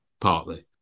partly